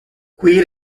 qui